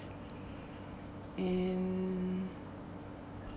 and